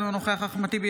אינו נוכח אחמד טיבי,